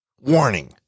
Warning